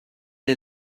est